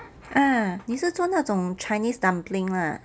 ah 你是做那种 chinese dumpling lah